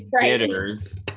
bitters